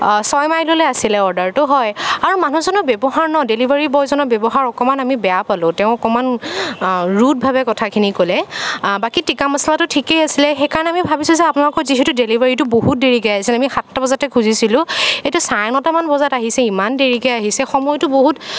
ছয়মাইললৈ আছিলে অৰ্ডাৰটো হয় আৰু মানুহজনৰ ব্যৱহাৰ ন ডেলিভাৰী বয়জনৰ ব্যৱহাৰ আমি অকণমান বেয়া পালোঁ তেওঁ অকণমান ৰুডভাৱে কথাখিনি ক'লে বাকী টিক্কা মচলাটো ঠিকেই আছিলে সেইকাৰণে আমি ভাবিছোঁ যে আপোনালোকৰ যিহেতু ডেলিভাৰীটো বহুত দেৰিকৈ আহিছে আমি সাতটা বজাতে খুজিছিলোঁ এতিয়া চাৰে নটামান বজাত আহিছে ইমান দেৰিকৈ আহিছে সময়টো বহুত